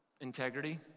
integrity